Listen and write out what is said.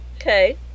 Okay